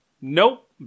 Nope